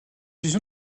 fusion